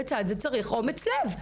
לצד זה צריך אומץ לב.